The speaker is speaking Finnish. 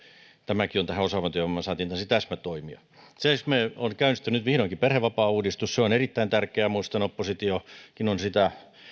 tämäkin on osaavan työvoiman saantiin liittyvä täsmätoimi sen lisäksi on käynnistynyt vihdoinkin perhevapaauudistus se on erittäin tärkeä muistan että oppositiokin on sitä